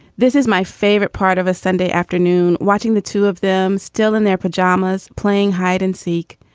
this is my favorite part of a sunday afternoon, watching the two of them still in their pajamas, playing hide and seek.